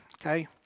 okay